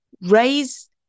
Raise